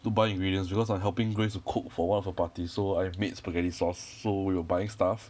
to buy ingredients because I'm helping grace to cook for one of her party so I've made spaghetti sauce so we were buying stuff